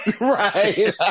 Right